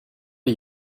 are